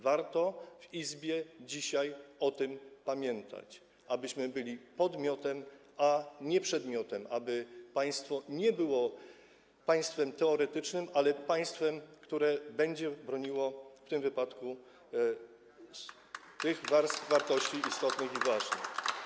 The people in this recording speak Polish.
Warto w Izbie dzisiaj o tym pamiętać, abyśmy byli podmiotem, a nie przedmiotem, aby państwo było nie państwem teoretycznym, ale państwem, które będzie broniło w tym wypadku tych wartości istotnych, ważnych.